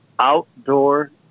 outdoor